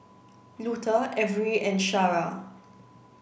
Luther Averi and Shara